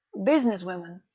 business women,